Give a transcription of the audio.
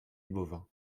bovin